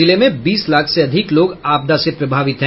जिले में बीस लाख से अधिक लोग आपदा से प्रभावित हैं